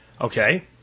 Okay